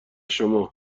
شما